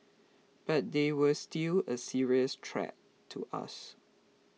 but they were still a serious threat to us